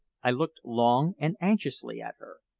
i looked long and anxiously at her,